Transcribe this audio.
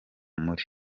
muri